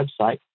website